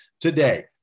today